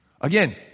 Again